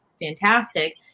fantastic